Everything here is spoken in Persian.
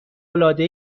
العاده